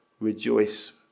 rejoice